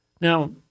Now